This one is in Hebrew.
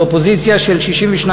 היא אופוזיציה של 52